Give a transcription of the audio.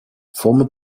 former